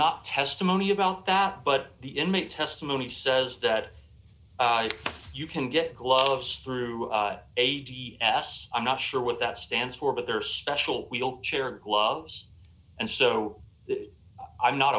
not testimony about that but the inmate testimony says that you can get gloves through eighty s i'm not sure what that stands for but there are special wheelchair gloves and so i'm not